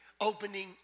opening